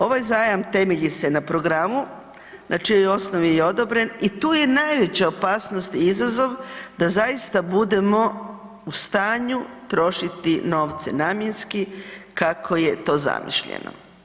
Ova zajam temelji se na programu na čijoj osnovi je odobren i tu je najveća opasnost i izazov da zaista budemo u stanju trošiti novce namjenski kako je to zamišljeno.